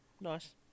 Nice